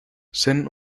sent